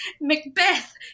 Macbeth